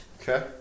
Okay